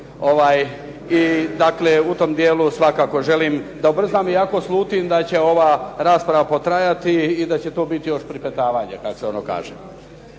i u tom dijelu svakako želim da ubrzam, iako slutim da će ova rasprava potrajati i da će tu biti još pripetavanje, kako se ono kaže.